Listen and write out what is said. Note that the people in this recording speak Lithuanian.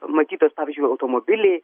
matytų pavyzdžiui automobilį